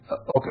Okay